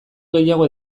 gehiago